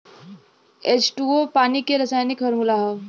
H two O पानी के रासायनिक फार्मूला हौ